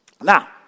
Now